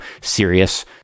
serious